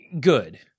Good